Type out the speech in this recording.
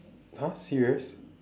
!huh! serious